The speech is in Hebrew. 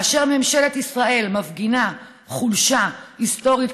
כאשר ממשלת ישראל מפגינה חולשה היסטורית